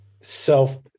self